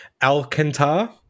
Alcantar